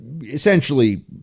essentially